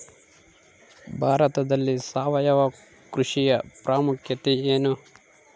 ಭಾರತದಲ್ಲಿ ಸಾವಯವ ಕೃಷಿಯ ಪ್ರಾಮುಖ್ಯತೆ ಎನು?